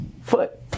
foot